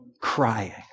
crying